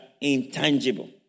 intangible